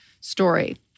story